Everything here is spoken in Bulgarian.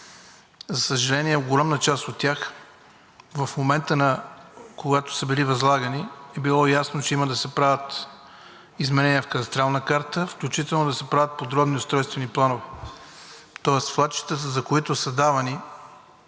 за съжаление, за огромна част от тях в момента, когато са били възлагани, е било ясно, че има да се правят изменения в кадастрална карта, включително да се правят подробни устройствени планове. Тоест свлачищата, за които са давани,